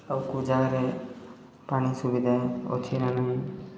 ଆଉ କେଉଁ ଜାଗାରେ ପାଣି ସୁବିଧା ଅଛି ନା ନାହିଁ